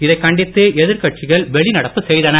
இதை கண்டித்து எதிர்கட்சிகள் வெளிநடப்பு செய்தனர்